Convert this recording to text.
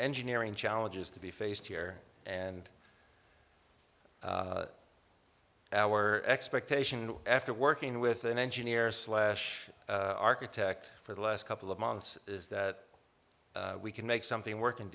engineering challenges to be faced here and our expectation after working with an engineer slash architect for the last couple of months is that we can make something work